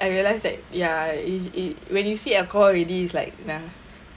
I realise that ya it it when you see alcohol already is like nah